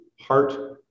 heart